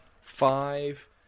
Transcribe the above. five